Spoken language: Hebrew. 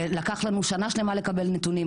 ולקחנו לנו שנה לשמה לקבל נתונים.